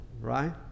right